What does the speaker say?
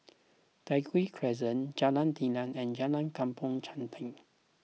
Tai Hwan Crescent Jalan Telang and Jalan Kampong Chantek